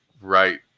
right